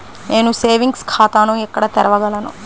నేను సేవింగ్స్ ఖాతాను ఎక్కడ తెరవగలను?